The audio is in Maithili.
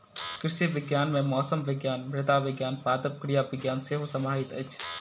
कृषि विज्ञान मे मौसम विज्ञान, मृदा विज्ञान, पादप क्रिया विज्ञान सेहो समाहित अछि